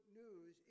news